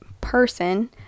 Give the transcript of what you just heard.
person